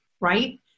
right